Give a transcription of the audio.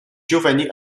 giovanni